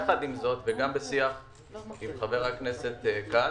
יחד עם זאת, וגם בשיח עם חבר הכנסת כץ,